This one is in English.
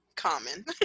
common